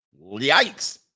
Yikes